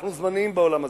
אנחנו זמניים בעולם הזה,